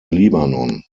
libanon